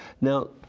Now